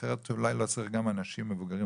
אחרת אולי לא היה צריך גם אנשים מבוגרים,